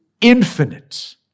infinite